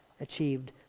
achieved